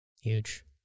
Huge